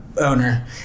owner